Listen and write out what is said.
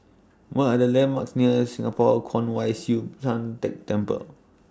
What Are The landmarks near Singapore Kwong Wai Siew Tan Teck Temple